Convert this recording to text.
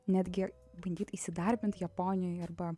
netgi bandyt įsidarbint japonijoj arba